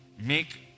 Make